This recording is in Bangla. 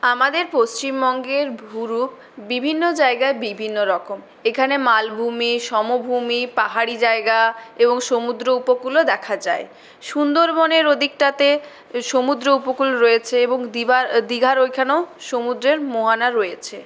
আমাদের পশ্চিমবঙ্গের ভূরুপ বিভিন্ন জায়গায় বিভিন্ন রকম এখানে মালভূমি সমভূমি পাহাড়ি জায়গা এবং সমুদ্র উপকূলও দেখা যায় সুন্দরবনের ওদিকটাতে সমুদ্র উপকূল রয়েছে এবং দিঘার ওখানেও সমুদ্রের মোহনা রয়েছে